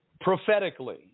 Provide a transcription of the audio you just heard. prophetically